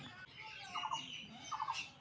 सरिसा पूका धोर ले की करूम?